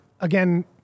again